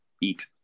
eat